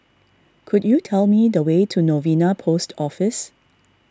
could you tell me the way to Novena Post Office